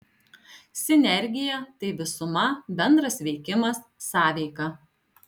sinergija tai visuma bendras veikimas sąveika